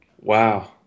Wow